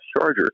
charger